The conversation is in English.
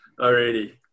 Alrighty